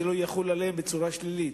שזה לא יחול עליהם בצורה שלילית.